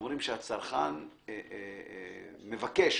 שאומרת שהצרכן הוא זה